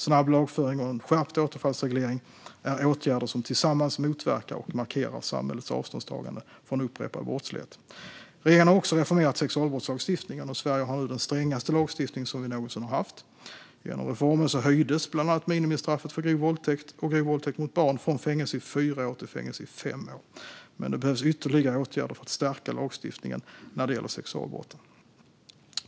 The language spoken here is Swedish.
Snabb lagföring och en skärpt återfallsreglering är åtgärder som tillsammans motverkar och markerar samhällets avståndstagande från upprepad brottslighet. Regeringen har också reformerat sexualbrottslagstiftningen, och Sverige har nu den strängaste lagstiftningen vi någonsin haft. Genom reformen höjdes bland annat minimistraffet för grov våldtäkt och grov våldtäkt mot barn från fängelse i fyra år till fängelse i fem år. Men det behövs ytterligare åtgärder för att stärka lagstiftningen när det gäller sexualbrotten.